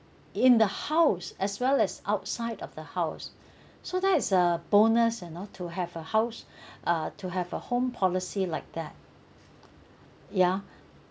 in the house as well as outside of the house so that is uh bonus you know to have a house uh to have a home policy like that yeah